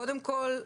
קודם כול,